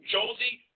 Josie